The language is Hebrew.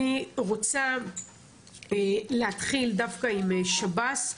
אני רוצה להתחיל, דווקא עם שב"ס,